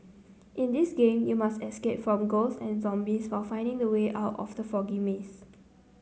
in this game you must escape from ghost and zombies while finding the way out of the foggy maze